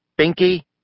Binky